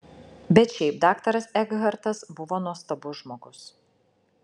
bet šiaip daktaras ekhartas buvo nuostabus žmogus